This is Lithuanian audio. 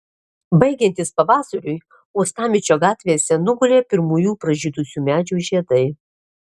baigiantis pavasariui uostamiesčio gatvėse nugulė pirmųjų pražydusių medžių žiedai